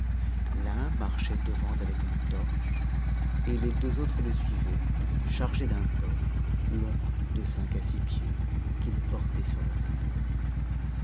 l'un marchait devaut avec une torche et les deux autres le suivaient charges d'un coffre long de cinq à six pieds qu'ils portaient sur leurs épaules